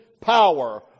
power